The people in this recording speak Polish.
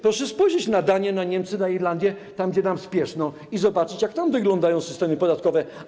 Proszę spojrzeć na Danię, na Niemcy, na Irlandię, tam gdzie nam spieszno, i zobaczyć, jak tam wyglądają systemy podatkowe.